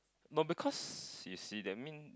no because you see that mean